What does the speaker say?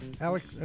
Alex